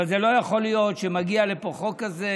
אבל זה לא יכול להיות שמגיע לפה חוק כזה